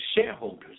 shareholders